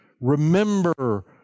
remember